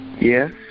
Yes